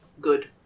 good